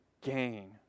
gain